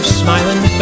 smiling